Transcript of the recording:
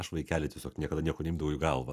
aš vaikeli tiesiog niekada nieko neimdavau į galvą